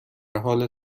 حال